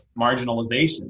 marginalization